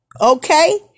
okay